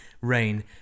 rain